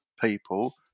people